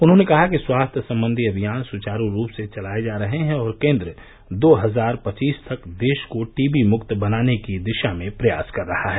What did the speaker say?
उन्होंने कहा कि स्वास्थ्य संबंधी अभियान सुवारू रूप से चलाये जा रहे हैं और केन्द्र दो हजार पचीस तक देश को टीबी मुक्त बनाने की दिशा में प्रयास कर रहा है